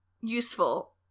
useful